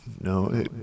no